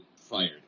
fired